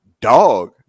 dog